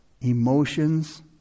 Emotions